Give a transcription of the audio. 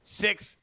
six